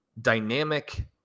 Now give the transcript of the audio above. dynamic